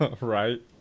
Right